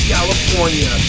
California